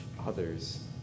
others